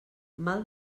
mal